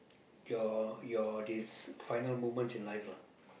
your your this final moments in life lah